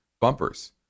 bumpers